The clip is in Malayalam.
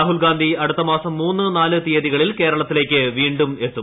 രാഹുൽഗാന്ധി അടുത്ത മാസം മൂന്ന് നാല് തീയ്തികളിൽ കേരളത്തിലേക്ക് വീണ്ടും എത്തും